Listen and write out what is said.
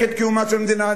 תדע את זה.